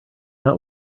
not